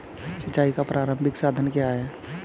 सिंचाई का प्रारंभिक साधन क्या है?